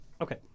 Okay